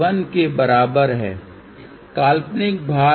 तो आप इस विशेष बिंदु पर पहुंच गए हैं और इस बिंदु पर अब इनपुट इम्पीडेन्स क्या है